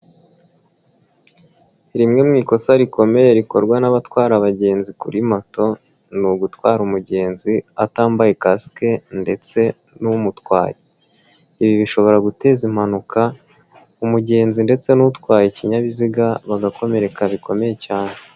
Rimwe mu ikosa rikomeye rikorwa n'abatwara abagenzi kuri moto ni ugutwara umugenzi atambaye kasike ndetse n'umutwaye, ibi bishobora guteza impanuka umugenzi ndetse n'utwaye ikinyabiziga bagakomereka bikomeye cyane.